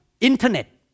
internet